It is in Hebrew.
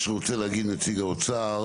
מה שרוצה להגיד נציג האוצר